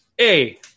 A-